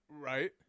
Right